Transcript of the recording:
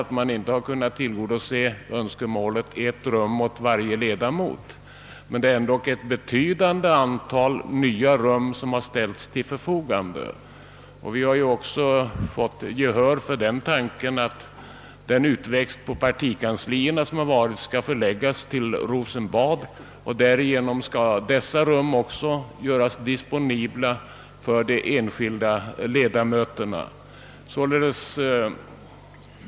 Visserligen har inte önskemålet om ett rum åt varje ledamot kunnat tillgodoses, men det är ändå ett betydande antal nya rum som har ställts till förfogande. Vidare har vi fått gehör för förslaget att de utväxter på partikanslierna som funnits här i huset skall förläggas till Rosenbad. Därigenom blir ytterligare rum disponibla för riksdagens ledamöter.